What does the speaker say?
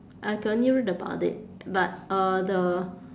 I can only read about it but uh the